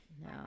No